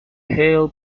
hail